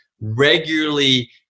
regularly